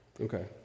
Okay